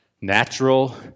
natural